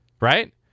right